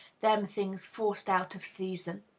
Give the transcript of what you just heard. them things forced out of season,